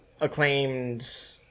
acclaimed